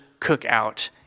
cookout